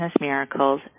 miracles